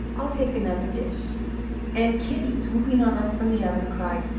i'll take another dish and kitty, swooping on us from the oven, cried,